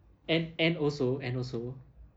and and also and also